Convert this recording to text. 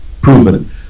proven